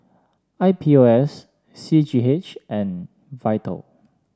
I P O S C G H and Vital